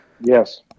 yes